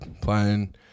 playing